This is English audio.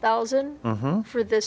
thousand for this